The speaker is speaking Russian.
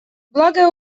благое